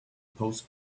post